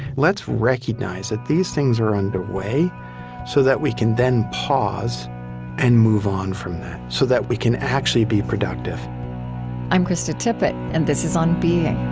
let's recognize that these things are underway so that we can then pause and move on from that, so that we can actually be productive i'm krista tippett, and this is on being